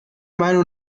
meinung